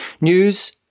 news